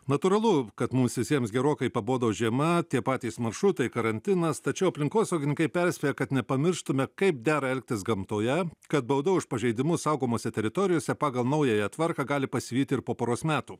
natūralu kad mums visiems gerokai pabodo žiema tie patys maršrutai karantinas tačiau aplinkosaugininkai perspėja kad nepamirštume kaip dera elgtis gamtoje kad bauda už pažeidimus saugomose teritorijose pagal naująją tvarką gali pasivyti ir po poros metų